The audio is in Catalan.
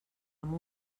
amb